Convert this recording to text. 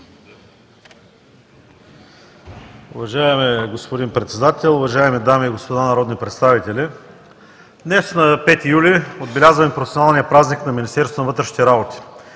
Уважаеми господин Председател, уважаеми дами и господа народни представители! Днес на 5 юли, отбелязваме професионалния празник на Министерството на вътрешните работи